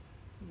ya